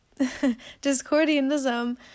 Discordianism